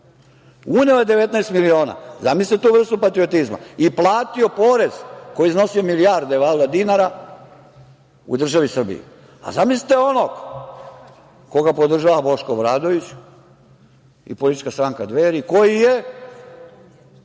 Uneo je 19 miliona, zamislite tu vrstu patriotizma, i platio porez koji je iznosio milijarde dinara u državi Srbiji. Zamislite sad onog koga podržava Boško Obradović i politička stranka Dveri, koji je